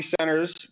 centers